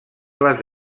les